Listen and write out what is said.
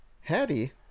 Hattie